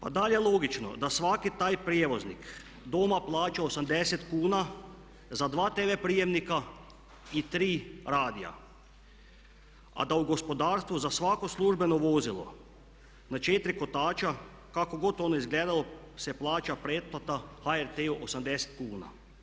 A da li je logično da svaki taj prijevoznik doma plaća 80 kuna za dva tv prijemnika i 3 radija, a da u gospodarstvu za svako službeno vozilo na 4 kotača kako god ono izgledalo se plaća pretplata HRT-u 80 kuna.